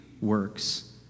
works